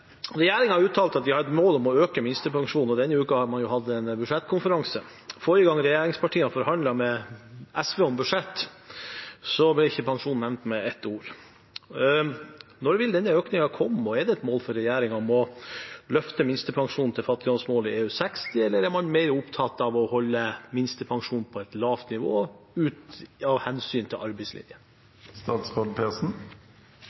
at de har et mål om å øke minstepensjonen, og denne uka har man jo hatt en budsjettkonferanse. Forrige gang regjeringspartiene forhandlet med SV om budsjett, ble ikke pensjon nevnt med ett ord. Når vil denne økningen komme, og er det et mål for regjeringen å løfte minstepensjonen til fattigdomsmålet EU60, eller er man mer opptatt av å holde minstepensjonen på et lavt nivå av hensyn til